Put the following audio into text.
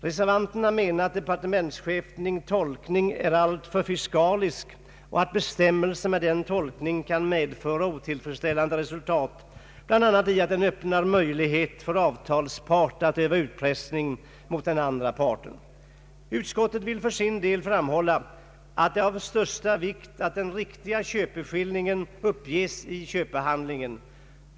Reservanterna anser att departementschefens tolkning är alltför fiskalisk och att bestämmelser med den tolkningen kan medföra otillfredsställande resultat, bl.a. däri att det öppnas möjligheter för avtalspart att öva utpressning mot den andra parten. Utskottet vill för sin del framhålla att det är av största vikt att den riktiga köpeskillingen uppges i köpehandlingen.